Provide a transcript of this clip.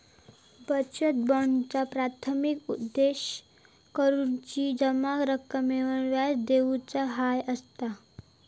बचत बॅन्कांचा प्राथमिक उद्देश बचत जमा स्विकार करुची, जमा रकमेवर व्याज देऊचा ह्या असता